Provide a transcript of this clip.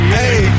hey